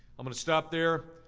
i'm going to stop there.